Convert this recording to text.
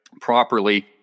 properly